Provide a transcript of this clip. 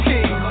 King